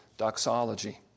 doxology